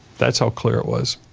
that's how clear it was.